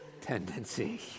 tendency